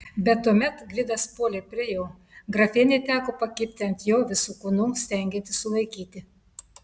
bet tuomet gvidas puolė prie jo grafienei teko pakibti ant jo visu kūnu stengiantis sulaikyti